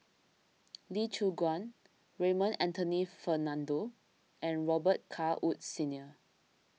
Lee Choon Guan Raymond Anthony Fernando and Robet Carr Woods Senior